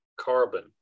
carbon